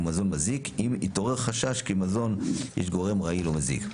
הוא מזון מזיק אם יתעורר חשש כי במזון יש גורם רעיל או מזיק.